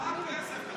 מה עם כסף?